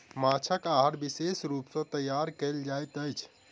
माँछक आहार विशेष रूप सॅ तैयार कयल जाइत अछि